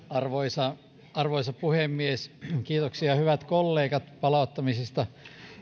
arvoisa arvoisa puhemies kiitoksia hyvät kollegat palauttamisesta